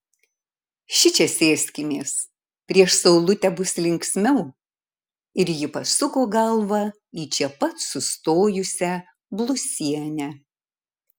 šičia sėskimės prieš saulutę bus linksmiau ir ji pasuko galvą į čia pat sustojusią blusienę